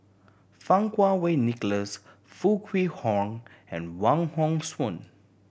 Fang Kuo Wei Nicholas Foo Kwee Horng and Wong Hong Suen